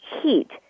heat